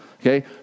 okay